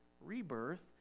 rebirth